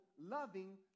loving